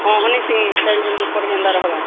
ହଁ ହନିସିଂ ଷ୍ଟାଇଲ୍ ଯେମତି ଉପର ଗେଣ୍ଡାର ହୋଗା